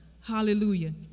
Hallelujah